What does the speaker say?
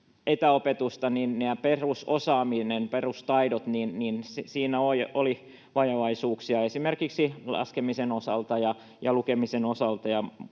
tuli perusosaamisessa, perustaidoissa vajavaisuuksia, esimerkiksi laskemisen osalta ja lukemisen osalta.